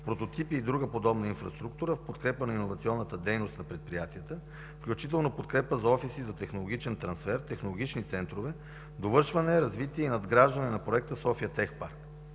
прототипи и друга подобна инфраструктура в подкрепа на иновационната дейност на предприятията, включително подкрепа за офиси за технологичен трансфер, технологични центрове, довършване, развитие и надграждане на Проект „София Тех Парк”.